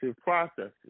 processes